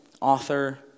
Author